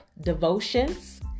Devotions